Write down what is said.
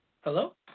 Hello